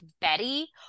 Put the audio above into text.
Betty